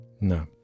No